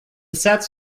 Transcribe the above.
sets